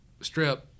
strip